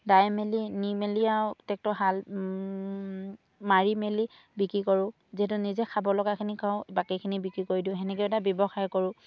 দাই মেলি নি মেলি আৰু টেক্টৰে হাল মাৰি মেলি বিক্ৰী কৰোঁ যিহেতু নিজে খাব লগাখিনি খাওঁ বাকীখিনি বিক্ৰী কৰি দিওঁ সেনেকৈও এটা ব্যৱসায় কৰোঁ